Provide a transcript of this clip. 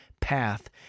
path